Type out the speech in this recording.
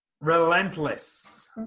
Relentless